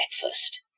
breakfast